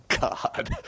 God